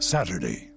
Saturday